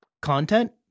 content